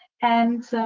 and